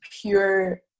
pure